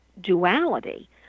duality